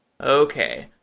Okay